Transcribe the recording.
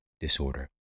disorder